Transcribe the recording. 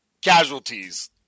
casualties